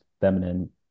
feminine